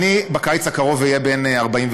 אני בקיץ הקרוב אהיה בן 41,